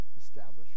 established